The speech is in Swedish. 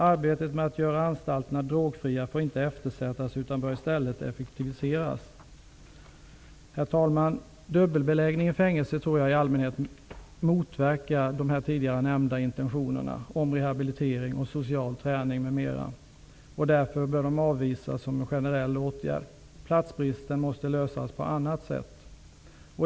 Arbetet med att göra anstalterna drogfria får inte eftersättas utan bör i stället effektiviseras. Herr talman! Dubbelbeläggning i fängelse tror jag i allmänhet motverkar de tidigare nämnda intentionerna om rehabilitering, social träning m.m. Därför bör de avvisas som en generell åtgärd. Platsbristen måste lösas på annat sätt.